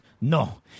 no